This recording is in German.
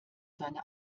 seine